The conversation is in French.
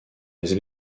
les